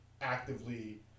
actively